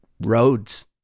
roads